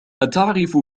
أتعرف